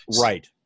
Right